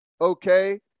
Okay